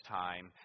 time